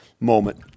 moment